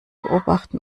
beobachten